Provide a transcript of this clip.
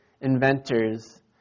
inventors